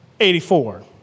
84